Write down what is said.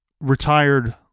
retired